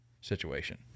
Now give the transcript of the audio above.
situation